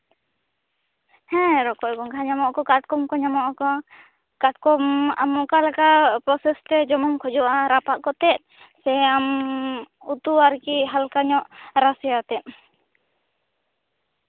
ᱦᱮᱸ ᱨᱚᱠᱚᱡ ᱜᱚᱸᱜᱷᱟ ᱧᱟᱢᱚᱜ ᱟᱠᱚ ᱠᱟᱴᱠᱚᱢ ᱠᱚ ᱧᱟᱢᱚᱜ ᱟᱠᱚ ᱠᱟᱴᱠᱚᱢ ᱟᱢ ᱚᱠᱟ ᱞᱮᱠᱟ ᱯᱨᱚᱥᱮᱥᱛᱮ ᱡᱚᱢᱮᱢ ᱠᱷᱚᱡᱚᱜᱼᱟ ᱨᱟᱯᱟᱜ ᱠᱟᱛᱮᱜ ᱥᱮ ᱟᱢ ᱩᱛᱩ ᱟᱨᱠᱤ ᱦᱟᱞᱠᱟ ᱧᱚᱜ ᱨᱟᱥᱮ ᱭᱟᱛᱮᱜ